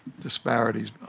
disparities